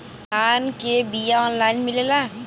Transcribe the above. धान के बिया ऑनलाइन मिलेला?